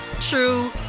true